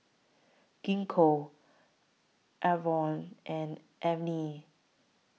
Gingko Enervon and Avene